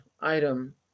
item